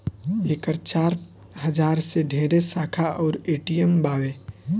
एकर चार हजार से ढेरे शाखा अउर ए.टी.एम बावे